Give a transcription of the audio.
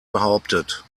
behauptet